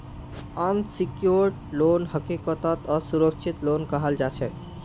unsecured loan हकीकतत असुरक्षित loan कहाल जाछेक